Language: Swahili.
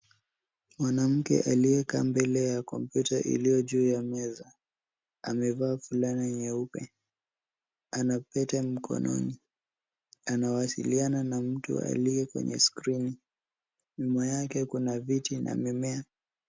Mwanamke aliyekaa mbele ya kompyuta iliyo juu ya meza. Amevaa fulana nyeupe. Ana pete mkononi. Anawasiliana na mtu aliye kwenye skrini. Nyuma yake kuna viti na mimea.